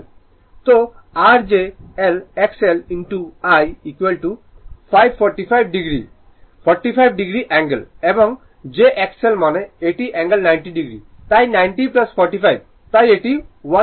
তো r j L XL I I 5 45 o angle 45o এবং j XL মানে এটি অ্যাঙ্গেল 90o তাই 90 45 তাই 135o